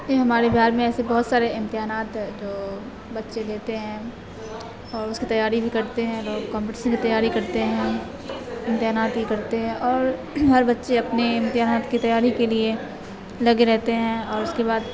یہ ہمارے بہار میں ایسے بہت سارے امتحانات ہیں جو بچے لیتے ہیں اور اس کی تیاری بھی کرتے ہیں لوگ کمپٹیسن کی تیاری کرتے ہیں امتحانات کی کرتے ہیں اور اور بچے اپنے امتحانات کی تیاری کے لیے لگے رہتے ہیں اور اس کے بعد